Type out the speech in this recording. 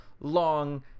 long